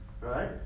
right